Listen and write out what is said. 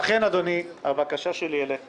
לכן, אדוני, הבקשה שלי אליך